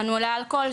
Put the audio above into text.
מנעולי אלכוהול,